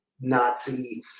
Nazi